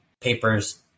papers